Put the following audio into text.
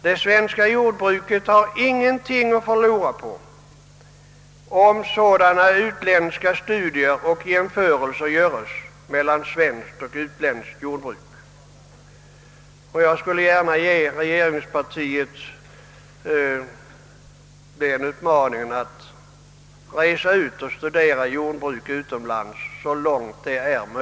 Det svenska jordbruket har ingenting att förlora på sådana jämförelser. Jag skulle gärna vilja uppmana regeringspartiet att studera jordbruk utomlands.